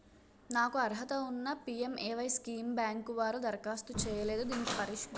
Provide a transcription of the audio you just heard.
నాకు అర్హత ఉన్నా పి.ఎం.ఎ.వై స్కీమ్ బ్యాంకు వారు దరఖాస్తు చేయలేదు దీనికి పరిష్కారం ఏమిటి?